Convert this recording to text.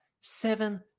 seven